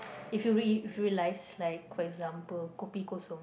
if you real~ if you realise like for example kopi Kosong